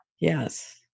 Yes